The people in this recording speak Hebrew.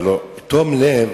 הלוא תום לב